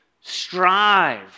strive